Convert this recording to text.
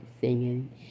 singing